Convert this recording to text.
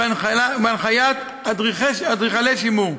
בהנחיית אדריכלי שימור.